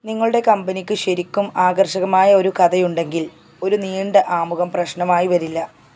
നിങ്ങളുടെ കമ്പനിയ്ക്ക് ശരിക്കും ആകർഷകമായ ഒരു കഥയുണ്ടെങ്കിൽ ഒരു നീണ്ട ആമുഖം പ്രശ്നമായി വരില്ല